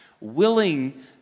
willing